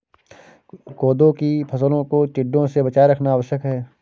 कोदो की फसलों को टिड्डों से बचाए रखना आवश्यक है